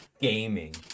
gaming